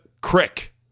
Crick